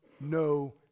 no